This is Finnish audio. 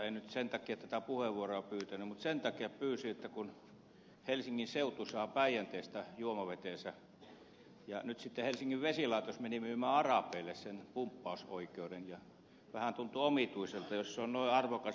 en nyt sen takia tätä puheenvuoroa pyytänyt mutta sen takia pyysin että kun helsingin seutu saa päijänteestä juomavetensä ja nyt sitten helsingin vesilaitos meni myymään arabeille sen pumppausoikeuden niin vähän tuntuu omituiselta että jos se on noin arvokas kuin ed